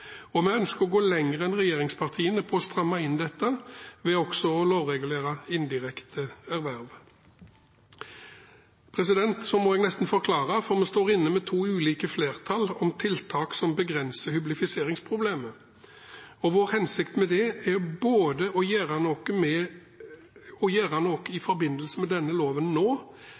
Og vi ønsker å gå lenger enn regjeringspartiene i å stramme inn dette, ved også å lovregulere indirekte erverv. Jeg må nesten forklare, for vi står inne med to ulike flertall om tiltak som begrenser hyblifiseringsproblemet. Vår hensikt med det er å gjøre noe i forbindelse med denne loven nå, men også å sikre at det blir et samsvar mellom virkemidlene i